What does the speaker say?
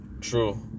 True